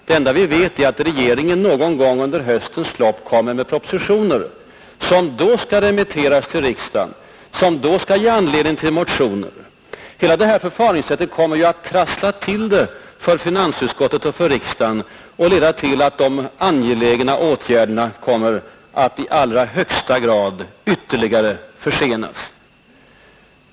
Det enda vi vet är att regeringen någon gång under höstens lopp kommer med propositioner som då skall remitteras till riksdagen och som då skall ge anledning till motioner. Detta förfaringssätt kommer att trassla till det för finansutskottet och riksdagen och leda till att de angelägna åtgärderna kommer att i allra högsta grad ytterligare försenas.